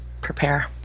prepare